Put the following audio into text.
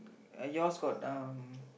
yours got um